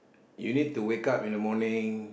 you need to wake up in the morning